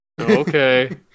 Okay